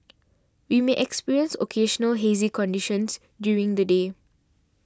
we may experience occasional hazy conditions during the day